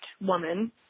woman